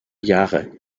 jahre